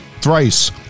Thrice